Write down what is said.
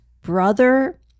brother